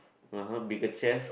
(uh huh) bigger chest